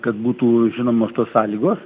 kad būtų žinomos tos sąlygos